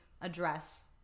address